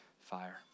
fire